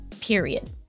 period